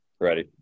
Ready